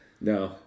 No